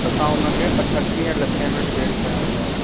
असां हुनखे अठटीह लखे में सेल कयूं था